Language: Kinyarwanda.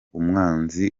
umwanzi